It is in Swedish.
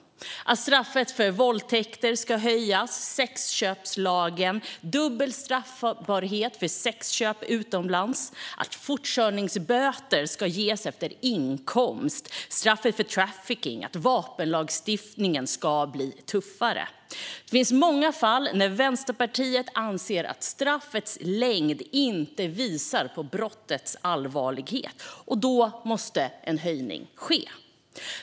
Det gäller att straffet för våldtäkter ska höjas, sexköpslagen, dubbel straffbarhet för sexköp utomlands, att fortkörningsböter ska ges efter inkomst, straffet för trafficking och att vapenlagstiftningen ska bli tuffare. Det finns många fall där Vänsterpartiet anser att straffets längd inte visar på brottets allvarlighet, och då måste en höjning ske.